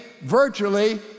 virtually